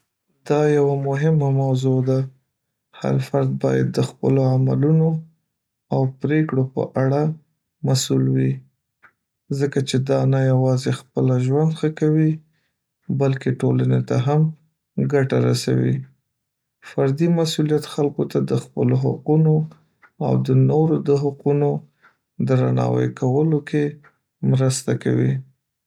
دا یوه مهمه موضوع ده هر فرد باید د خپلو عملونو او پرېکړو په اړه مسؤول وي، ځکه چې دا نه یوازې خپله ژوند ښه کوي بلکې ټولنې ته هم ګټه رسوي. فردي مسؤولیت خلکو ته د خپلو حقونو او د نورو د حقونو درناوی کولو کې مرسته کوي.